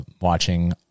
watching